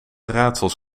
raadsels